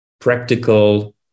practical